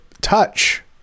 touch